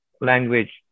language